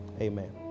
Amen